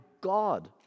God